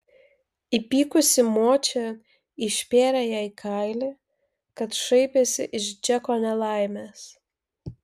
įpykusi močia išpėrė jai kailį kad šaipėsi iš džeko nelaimės